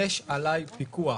יש עלי פיקוח.